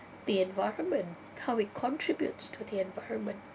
the environment how it contributes to the environment